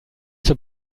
zur